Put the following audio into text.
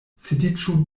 sidiĝu